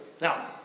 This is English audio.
Now